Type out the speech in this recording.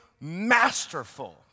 masterful